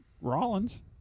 Rollins